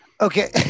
Okay